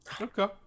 Okay